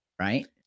right